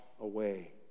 away